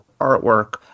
artwork